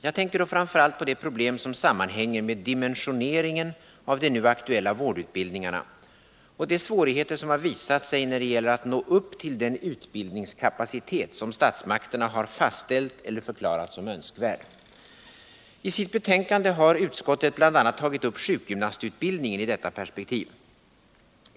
Jag tänker då framför allt på de problem som sammanhänger med dimensioneringen av de nu aktuella vårdutbildningarna och de svårigheter som har visat sig när det gäller att nå upp till den utbildningskapacitet som statsmakterna har fastställt eller förklarat som önskvärd. I sitt betänkande har utbildningsutskottet bl.a. tagit upp sjukgymnastutbildningen i detta perspektiv.